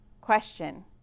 question